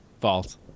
False